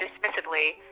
dismissively